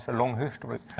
a long history.